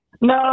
No